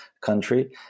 country